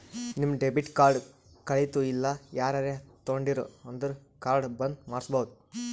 ನಿಮ್ debit card ಕಳಿತು ಇಲ್ಲ ಯಾರರೇ ತೊಂಡಿರು ಅಂದುರ್ ಕಾರ್ಡ್ ಬಂದ್ ಮಾಡ್ಸಬೋದು